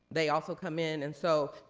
they also come in. and so,